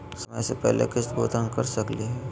समय स पहले किस्त भुगतान कर सकली हे?